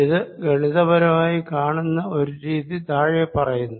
ഇത് ഗണിത പരമായി കാണുന്ന ഒരു രീതി താഴെ പറയുന്നു